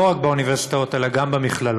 לא רק באוניברסיטאות אלא גם במכללות,